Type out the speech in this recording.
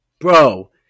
Bro